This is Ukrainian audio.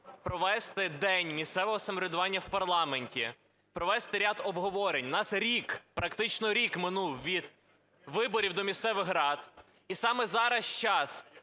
провести день місцевого самоврядування в парламенті, провести ряд обговорень. У нас рік, практично рік минув від виборів до місцевих рад, і саме зараз час